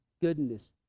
goodness